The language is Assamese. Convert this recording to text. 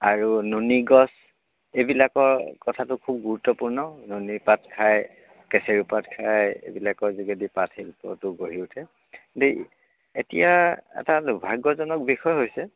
আৰু নুনী গছ এইবিলাকৰ কথাটো খুব গুৰুত্বপূৰ্ণ নুনী পাত খায় কেচেৰু পাত খায় এইবিলাকৰ যোগেদি পাট শিল্পটো গঢ়ি উঠে দেই এতিয়া এটা দুৰ্ভাগ্যজনক বিষয় হৈছে